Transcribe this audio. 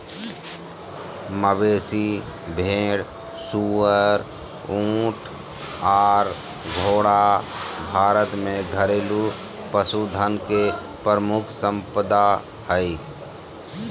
मवेशी, भेड़, सुअर, ऊँट आर घोड़ा भारत में घरेलू पशुधन के प्रमुख संपदा हय